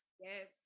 Yes